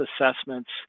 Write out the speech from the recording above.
assessments